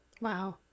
Wow